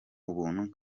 ubuntu